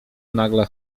nagle